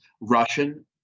Russian